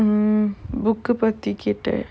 mm book uh பத்தி கேட்ட:pathi ketta